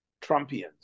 Trumpians